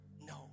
No